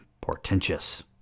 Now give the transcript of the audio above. portentous